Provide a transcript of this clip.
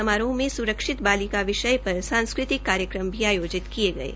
समारोह में स्रक्षित बालिका विषय पर सांस्कृतिक कार्यक्रम का भी आयोजन किया गये